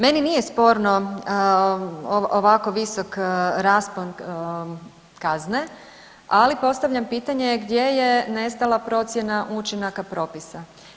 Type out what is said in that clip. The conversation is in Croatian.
Meni nije sporno ovako visok raspon kazne, ali postavljam pitanje gdje je nestala procjena učinaka propisa?